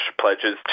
pledges